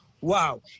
wow